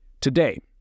Today